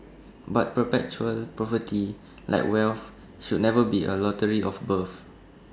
but perpetual poverty like wealth should never be A lottery of birth